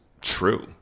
true